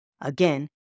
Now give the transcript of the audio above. Again